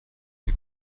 sie